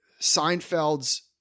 Seinfeld's